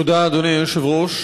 תודה, אדוני היושב-ראש.